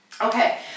Okay